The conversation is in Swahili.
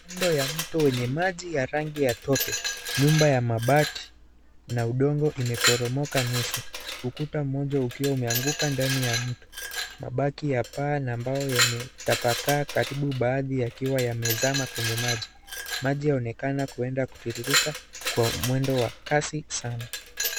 Kando ya mto wenye maji ya rangi ya tope, nyumba ya mabati, na udongo imeporomoka nusu, ukuta mmoja ukiwa umeanguka ndani ya mto, mabaki ya paa na mbao yametapakaa karibu baathi yakiwa yamezama kwenye maji, maji yaonekana kwenda kutiririka, kwa mwendo wa kasi sana.